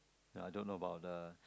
ya I don't know about the